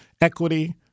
equity